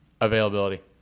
Availability